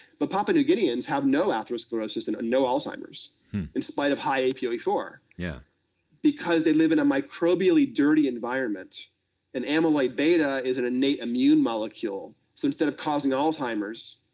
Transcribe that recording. but papua new guineans have no atherosclerosis and no alzheimer's in spite of high a p o e four. yeah because they live in a microbially-dirty environment and amyloid-beta is an innate immune molecule, so instead of causing alzheimer's,